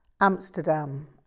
Amsterdam